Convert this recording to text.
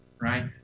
right